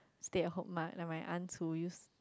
stay at home like my aunts who used to